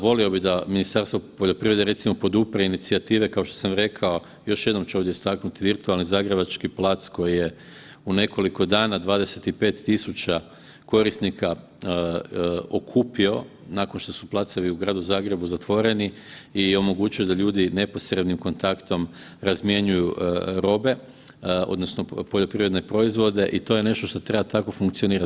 Volio bih da Ministarstvo poljoprivrede recimo podupre inicijative kao što sam rekao, još jednom ću ovdje istaknuti virtualni zagrebački plac koji je u nekoliko dana 25.000 korisnika okupio nakon što su placevi u Gradu Zagrebu zatvoreni i omogućeni da ljudi neposrednim kontaktom razmjenjuju robe odnosno poljoprivredne proizvode i to je nešto treba tako funkcionirati.